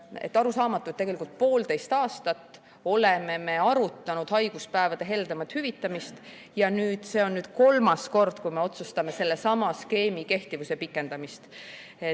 arusaamatu, et tegelikult poolteist aastat me oleme arutanud haiguspäevade heldemat hüvitamist ja see on nüüd kolmas kord, kui me otsustame sellesama skeemi kehtivuse pikendamist.